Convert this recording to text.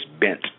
bent